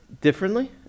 differently